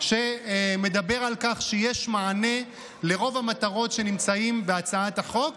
שמדבר על כך שיש מענה לרוב המטרות שנמצאות בהצעת החוק,